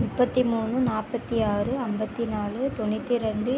முப்பத்தி மூணு நாற்பத்தி ஆறு ஐம்பத்தி நாலு தொண்ணூற்றி ரெண்டு